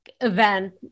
event